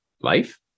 Life